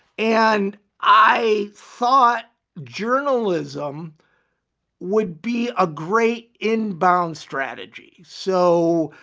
and i thought journalism would be a great inbound strategy. so,